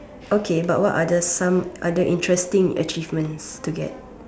okay but others some other interesting achievements to get